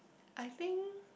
I think